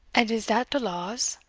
and is dat de laws?